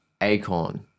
acorn